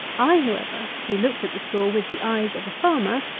i however, who looked at the straw with the eyes of a farmer,